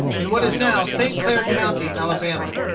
in what is now st. clair county, alabama.